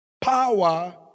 power